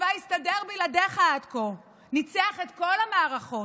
הצבא הסתדר בלעדיך עד כה, ניצח את כל המערכות.